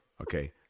okay